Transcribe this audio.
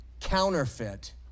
counterfeit